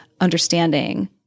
understanding